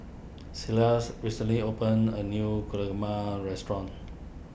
Silas recently opened a new restaurant